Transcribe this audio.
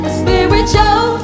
spiritual